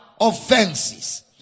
offenses